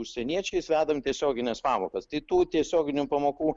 užsieniečiais vedam tiesiogines pamokas tai tų tiesioginių pamokų